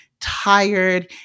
tired